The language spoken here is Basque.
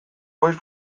voice